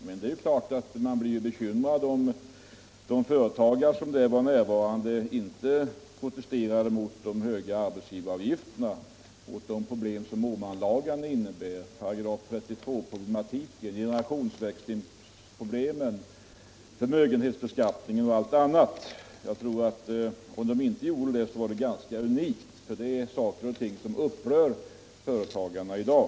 Men det är klart att man blir bekymrad om de företagare som där var närvarande inte protesterade mot de höga arbetsgivaravgifterna och tog upp de problem som Åmanlagarna innebär, § 32-probiematiken, generationsväxlingsproblemen, förmögenhetsbeskattningen m.m. Om de inte gjorde detta var det ganska unikt, för det är frågor som verkligen upprör företagarna i dag.